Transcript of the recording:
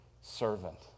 servant